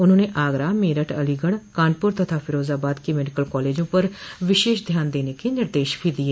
उन्होंने आगरा मेरठ अलीगढ़ कानपुर तथा फिरोजाबाद के मेडिकल कॉलेजों पर विशेष ध्यान देने के निर्देश भी दिए